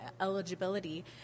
eligibility